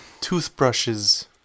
toothbrushes